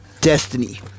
destiny